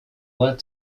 led